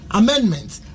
amendments